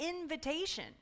invitation